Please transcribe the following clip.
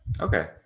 Okay